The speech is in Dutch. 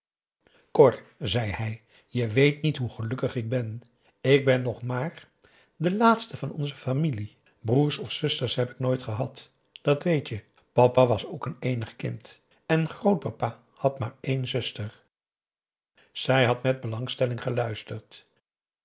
zei hij je weet niet hoe gelukkig ik ben ik ben nog maar de laatste van onze familie broers of zusters heb ik nooit gehad dat weet je papa was ook n eenig kind en grootpapa had maar één zuster zij had met belangstelling geluisterd